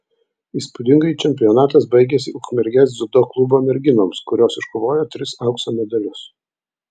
įspūdingai čempionatas baigėsi ukmergės dziudo klubo merginoms kurios iškovojo tris aukso medalius